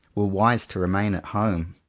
were wise to remain at home.